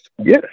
Yes